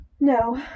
No